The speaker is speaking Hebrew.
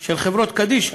של חברות קדישא,